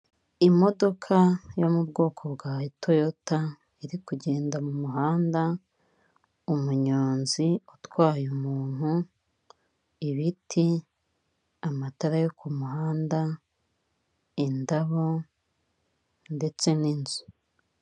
Imodoka yo mu bwoko bwa toyota iri kugenda mu muhanda, umunyonzi utwaye umuntu, ibiti, amatara yo ku muhanda, indabo ndetse n'inzu.